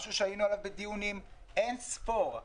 משהו שערכנו עליו אין-ספור דיונים,